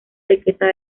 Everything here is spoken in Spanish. riqueza